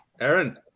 Aaron